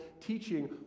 teaching